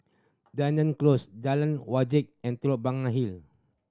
Dunearn Close Jalan Wajek and Telok Blangah Hill